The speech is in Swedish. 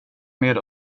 med